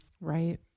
Right